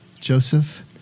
Joseph